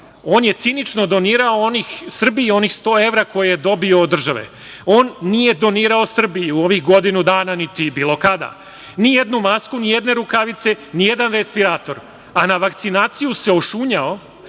On je cinično donirao Srbiji onih 100 evra koje je dobio od države. On nije donirao Srbiji, u ovih godinu dana, niti bilo kada, nijednu masku, nijedne rukavice, nijedan respirator, a na vakcinaciju se ušunjao,